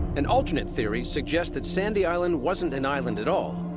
an alternate theory suggests that sandy island wasn't an island at all,